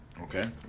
okay